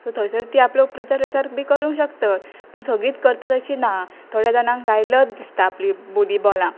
so थंयसर ती आपलो उप प्रचार वसार बी करूंक शकतत पूण सगळींच करतत अशीं ना थोड्या जाणांक काय लज दिसता आपली बोली बॉलांक